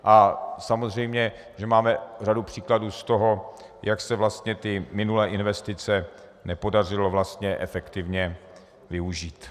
A samozřejmě že máme řadu příkladů z toho, jak se vlastně ty minulé investice nepodařilo efektivně využít.